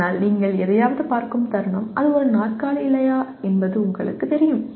ஆனால் நீங்கள் எதையாவது பார்க்கும் தருணம் அது ஒரு நாற்காலி இல்லையா என்பது உங்களுக்குத் தெரியும்